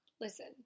listen